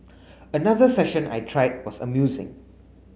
another session I tried was amusing